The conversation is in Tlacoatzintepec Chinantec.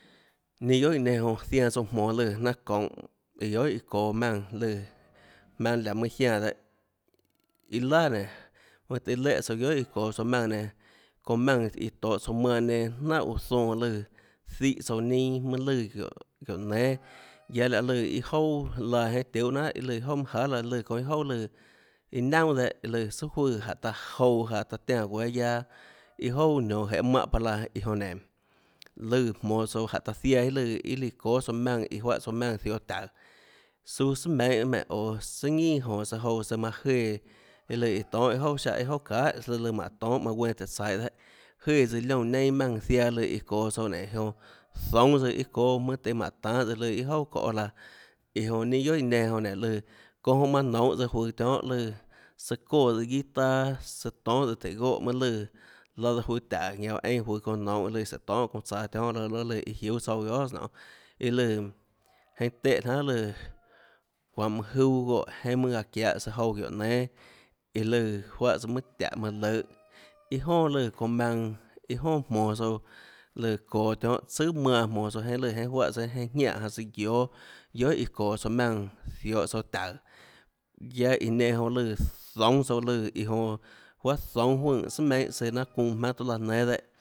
Ninâ guiohà iã nenã jonã zianã tsouã jmonå lùã nanâ çounhå iã guiohà iã çoå maùnã lùã jmaønâ laå mønâ jiánã dehâ iâ laà nénå mønâ tøhê léhã tsouã guiohà iã çoå tsouã maùnã nenã maùnã iã tohå tsouã manã nenã jnánhà guã zoã lùã zíhã tsouã ninâ mønâ lùã guióhå guióå nénâ guiaâ ahê lùã iâ jouà laã jeinhâ tiuhâ jnanhà iâ jouà manã jahà lùã çounã iâ jouà lùã iâ naunà dehâ lùã sùà juùã jánhå taã jouã jaå taã tiánã guéâ guiaâ iâ ouà nionå jeê mánhã bahâ laã iâ jonã lùã jmonå tsouã jáhå taã ziaã iâ lùã iâ íã çóâ tsouã maùnã iã juáhã tsouã maùnã ziohå taùå suâ sùà meinhâ oå tsùà ñinà jonå søã jouã søã manã jéã iã lùã manã tonhâ iâ jouà siáhã iâ jouà çahà søã lùã manã tonhâ tùhå tsaihå manã guenã tùhå tsaihå dehâ jeã tsøã liónã neinâ maùnã ziaã lùã iã çoå tsouã nénå iã jonã zoúnâ iâ çóâ mønâ tøhê mánå tanhâ lùãiâ jouà laã iã jonã ninâ guiohà iã nenã nénå lùã jonã manã nounhå juøå tionhâ lùã tsøã çóã tsøã guiâ taâ søã tonhâ tsøã tùhå goè mønâ lùã laã daã juøå taùå ñanã einã çounã juøå nounhå sùhå tonhâ çounã tsaå laã daã lùã iã jiúâ tsouã guiohàs nonê iâ lùã jeinhâ téhã jnanhà lùã çuanhå mønã juâ goè jeinhâ mønâ aã çiahå søã jouã guióå nénâ iã lùã juáhã mønâ tiáhå mønã løhå iâ jonà lùã çounã maønã iâ jonà jmonå tsouã lùã çoå tionhâ tsùà manã jmonå tsouã jeinhâ lùã jeinhâ jñianè tsøã guióâ guiohà iã çoå tsouã maùnã ziohå tsouã taùå guiaâ iã enã jonã lùã zoúnâtsouã lùã iã jonã juáhà zoúnâ juøè sùà meinhâ søã nanâ çuunã jmaønâ tuã laã nénâ dehâ